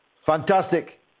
Fantastic